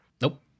Nope